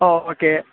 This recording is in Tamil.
ஓ ஒகே